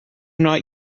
not